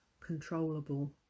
controllable